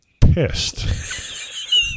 pissed